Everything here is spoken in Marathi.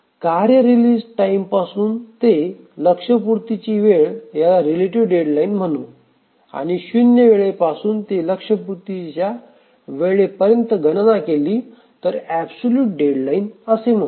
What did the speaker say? कार्य रिलीज टाईमपासून ते लक्ष्यपूर्तीची वेळ याला रिलेटिव्ह डेडलाईन म्हणू आणि शून्य वेळेपासून ते लक्ष्यपूर्तीच्या वेळेपर्यंत गणना केली तर ऍबसोल्युट डेडलाईन असे म्हणू